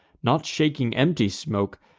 not shaking empty smoke,